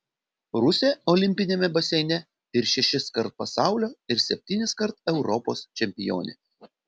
rusė olimpiniame baseine ir šešiskart pasaulio ir septyniskart europos čempionė